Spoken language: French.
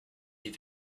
est